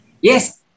Yes